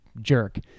jerk